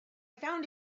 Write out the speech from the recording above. found